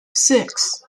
six